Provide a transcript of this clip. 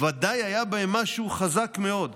ודאי היה בהם משהו חזק מאוד,